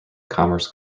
commerce